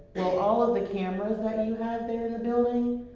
well, all um the cameras that you had there in the building?